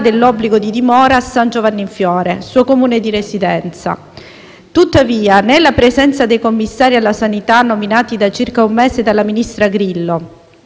dell'obbligo di dimora a San Giovanni in Fiore, suo Comune di residenza. Tuttavia, né la presenza dei commissari alla sanità nominati da circa un mese dal ministro Grillo,